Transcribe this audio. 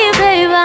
baby